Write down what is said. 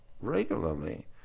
regularly